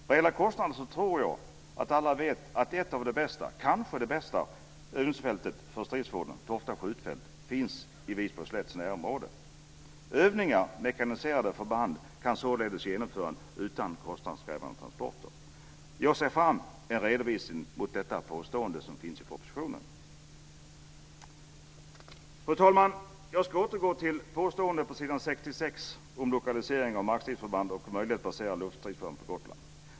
Vad gäller kostnader tror jag att alla vet att ett av de bästa, kanske det bästa, övningsfältet för stridsfordon, Tofta skjutfält, finns i Wisborgsslätts närområde. Övningar med mekaniserade förband kan således genomföras utan kostnadskrävande transporter. Jag ser fram emot en redovisning av detta påstående i propositionen. Fru talman! Jag ska återgå till påståendet på s. 66 om lokalisering av markstridsförband och möjligheter att basera luftstridsförband på Gotland.